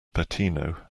patino